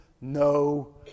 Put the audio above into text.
no